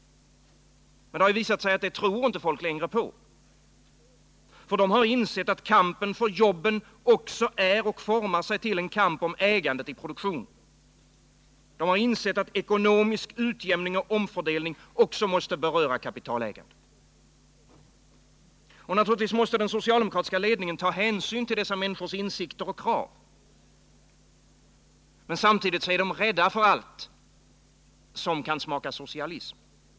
Men nu hardet visat sig att folk inte längre tror på detta. Man har insett att kampen om jobben också är och formar sig till en kamp för ägandet i produktionen. Man har insett att ekonomisk omfördelning och utjämning också måste beröra kapitalägandet. Naturligtvis måste den socialdemokratiska ledningen ta hänsyn till dessa människors insikter och krav. Men samtidigt är man rädd för allt som kan smaka socialism.